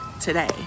today